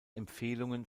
empfehlungen